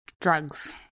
drugs